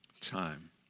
time